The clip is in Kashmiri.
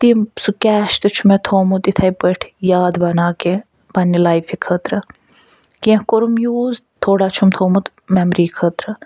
تِم سُہ کیش تہِ چھُ مےٚ تھومُت اِتھٔے پٲٹھۍ یاد بنا کے پَننہِ لایفہِ خٲطرٕ کیٚنٛہہ کوٚرُم یوٗز تھوڑا چھُم تھومُت میٚموری خٲطرٕ